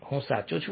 હું સાચો છું